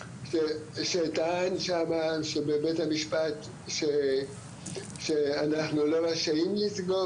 שטען שמה בבית המשפט שאנחנו לא רשאים לסגור